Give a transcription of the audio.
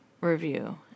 review